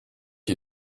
you